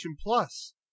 Plus